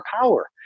power